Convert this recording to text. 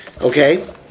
Okay